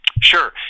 Sure